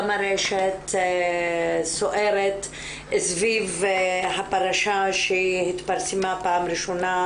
גם הרשת סוערת סביב הפרשה שהתפרסמה פעם ראשונה